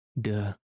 Duh